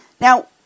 Now